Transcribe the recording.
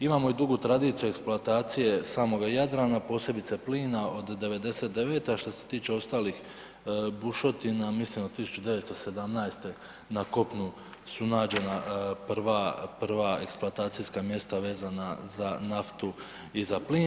Imamo i drugu tradiciju eksploatacije samoga Jadrana, posebice plina od '99., a što se tiče ostalih bušotina mislim od 1917. na kopnu su nađena prva, prva eksploatacijska mjesta vezana za naftu i za plin.